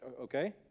okay